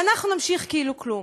ואנחנו נמשיך כאילו כלום.